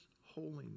holiness